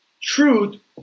truth